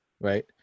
right